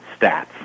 stats